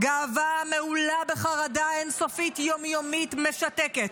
גאווה המהולה בחרדה אין-סופית, יום-יומית, משתקת.